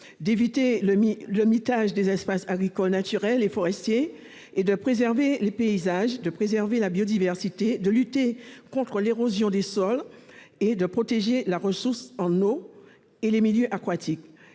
d'éviter le mitage des espaces agricoles, naturels et forestiers, de préserver les paysages et la biodiversité, de lutter contre l'érosion des sols et de protéger la ressource en eau et les milieux aquatiques.